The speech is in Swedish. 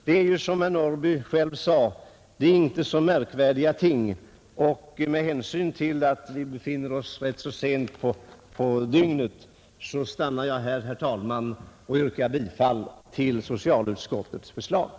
Det är, som herr Norrby själv sade, inte så märkvärdiga ting. Och med hänsyn till att det är rätt sent på dygnet inskränker jag mig till det anförda, herr talman, och yrkar bifall till socialutskottets hemställan.